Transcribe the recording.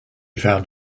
found